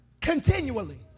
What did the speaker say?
Continually